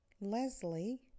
Leslie